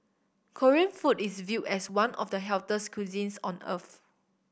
Korean food is viewed as one of the healthiest cuisines on earth